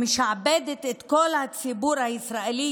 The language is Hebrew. משעבדת את כל הציבור הישראלי,